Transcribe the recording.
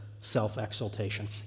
self-exaltation